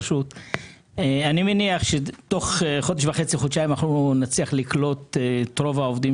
אני מניח שתוך חודש וחצי-חודשיים נצליח לקלוט את רוב העובדים